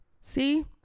See